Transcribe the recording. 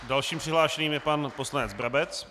Dalším přihlášeným je pan poslanec Brabec.